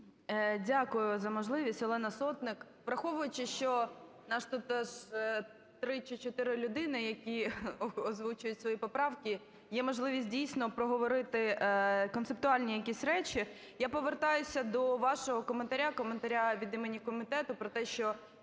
Дякую за можливість. Олена Сотник. Враховуючи, що нас тут 3 чи 4 людини, які озвучують свої поправки, є можливість дійсно проговорити концептуальні якісь речі. Я повертаюся до вашого коментаря, коментаря від імені комітету про те, що